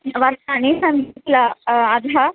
वस्त्राणि सन्ति किल अधः